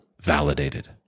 validated